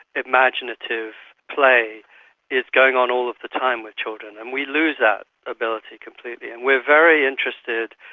imaginative play is going on all the time with children. and we lose that ability completely. and we are very interested,